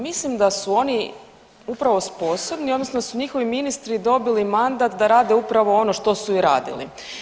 Mislim da su oni upravo sposobni odnosno da su njihovi ministri dobili mandat da rade upravo ono što su i radili.